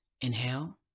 Inhale